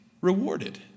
rewarded